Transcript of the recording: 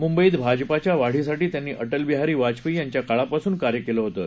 मुंबईतभाजपाच्यावाढीसाठीत्यांनीअटलबिहारीवाजपेयीयांच्याकाळापासूनकार्यकेलंहोतं